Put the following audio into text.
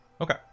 Okay